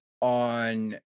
on